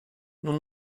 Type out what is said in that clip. nous